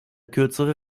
kürzere